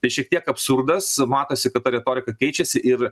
tai šiek tiek absurdas matosi kad ta retorika keičiasi ir